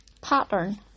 pattern